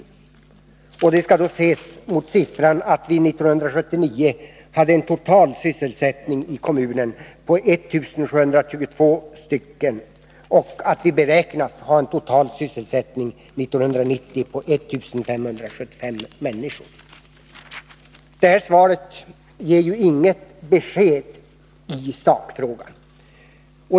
Dessa siffror skall ses mot att den totala sysselsättningen i kommunen år 1979 omfattade 1 722 personer och att vi beräknas ha en total sysselsättning år 1990 för 1575 personer. Det svar som industriministern nu har lämnat ger inget besked i sakfrågan.